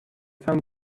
found